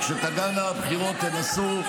וכשתגענה הבחירות תנסו,